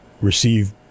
receive